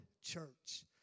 Church